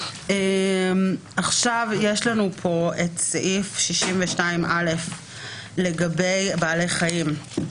אני ממשיכה לסעיף 62(א), שמתייחס לבעלי חיים.